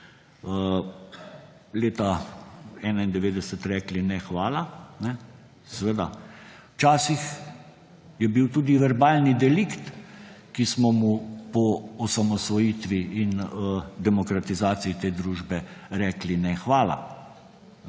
leta 1991 rekli ne hvala – včasih je bil tudi verbalni delikt, ki smo mu po osamosvojitvi in demokratizaciji te družbe rekli ne hvala.